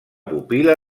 pupil·la